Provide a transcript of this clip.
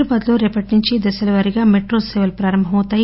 హైదరాబాద్లో రేపటి నుంచి దశల వారిగా మెట్రో సేవలు ప్రారంభమవుతాయి